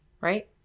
right